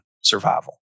survival